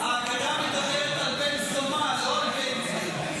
השר, ההגדה מדברת על בן זומא, לא